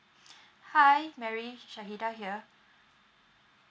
hi mary shahidah here